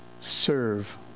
serve